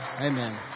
Amen